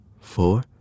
four